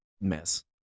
mess